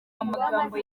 amagambo